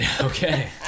Okay